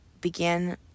began